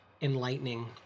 enlightening